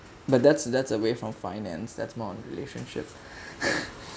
but that's that's away from finance that's more on relationship